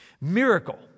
Miracle